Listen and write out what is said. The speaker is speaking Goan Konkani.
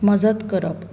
मजत करप